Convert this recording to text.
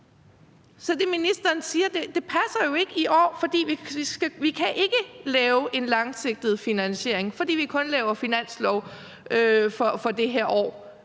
Så det, ministeren siger, passer jo ikke i år, for vi kan ikke lave en langsigtet finansiering, fordi vi kun laver finanslov for det her år